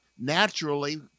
naturally